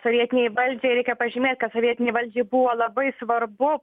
sovietinei valdžiai reikia pažymėt kad sovietinei valdžiai buvo labai svarbu